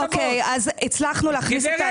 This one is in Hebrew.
הצלחנו להכעיס.